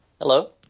Hello